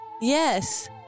Yes